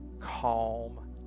Calm